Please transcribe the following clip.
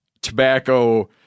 tobacco